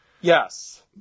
Yes